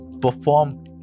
perform